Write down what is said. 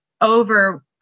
over